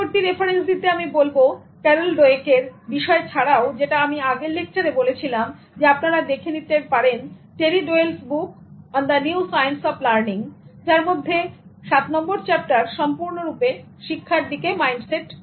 পরবর্তী রেফারেন্স দিতে আমি বলব Carol Dweck এর বিষয় ছাড়াও যেটা আমি আগের লেকচারে বলেছিলাম আপনরা দেখে নিতে পারেনTerry Doyle's book on The New Science of Learning যার মধ্যে 7নম্বর চ্যাপ্টার সম্পূর্ণরূপে শিক্ষার দিকে মাইন্ডসেট